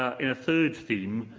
ah in a third theme,